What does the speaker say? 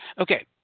Okay